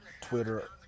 Twitter